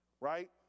right